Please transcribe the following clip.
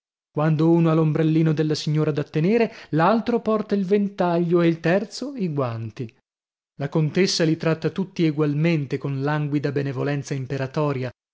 quando uno ha l'ombrellino della signora da tenere l'altro porta il ventaglio e il terzo i guanti la contessa li tratta tutti egualmente con languida benevolenza imperatoria